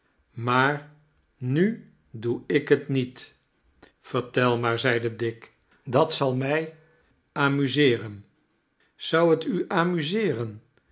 maar nu doe ik het niet vertel maar zeide dick dat zal mij amuseeren zou het u amuseeren